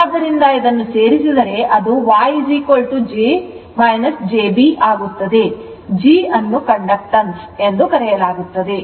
ಆದ್ದರಿಂದ ಇದನ್ನು ಸೇರಿಸಿದರೆ ಅದು Y g j b ಆಗುತ್ತದೆ g ಅನ್ನು ಕಂಡಕ್ಟನ್ಸ್ b ಎಂದು ಕರೆಯಲಾಗುತ್ತದೆ